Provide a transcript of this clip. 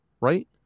right